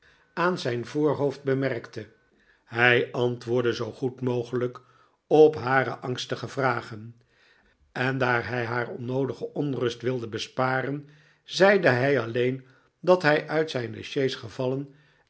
aan zy'n voorhoofd bemerkte hij antwoordde zoo goed mogelijk op hare angstige vragen en daar hij haar onnoodige onrust wilde besparen zeide hij alleen dat hij uit zijne sjees gevallen